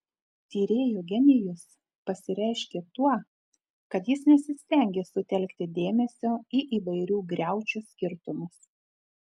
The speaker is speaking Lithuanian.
tyrėjo genijus pasireiškė tuo kad jis nesistengė sutelkti dėmesio į įvairių griaučių skirtumus